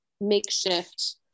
makeshift